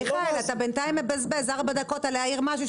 מיכאל, אתה בינתיים מבזבז ארבע דקות על הערות.